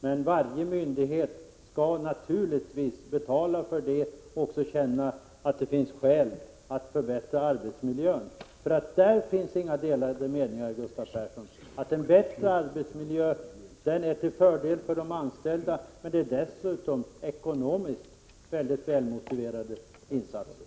Men varje myndighet skall, naturligtvis, betala för dess tjänster. Det gäller ju att känna att det finns skäl att förbättra arbetsmiljön. På den punkten finns det inga delade meningar, Gustav Persson. En bättre arbetsmiljö är till fördel för de anställda. Dessutom är det fråga om ekonomiskt sett mycket välmotiverade insatser.